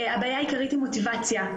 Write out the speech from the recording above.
הבעיה העיקרית היא מוטיבציה,